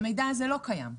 שהמידע הזה לא קיים.